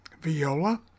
viola